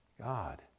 God